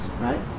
right